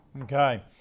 Okay